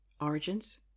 origins